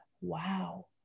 wow